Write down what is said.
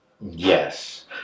Yes